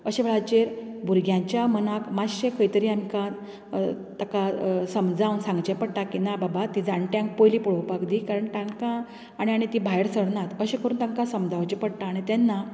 अशे वेळाचेर भुरग्यांच्या मनाक मातशें खंय तरी आमकां ताका समजावग सांगचे पडटा की ना बाबा ते जाणट्यांक पयली पळोवपाक दी कारण तांकां आनी आनी ती भायर सरनात अशें करून तांकां समजावचे पडटा आनी तेन्ना